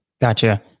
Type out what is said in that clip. gotcha